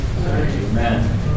Amen